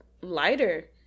lighter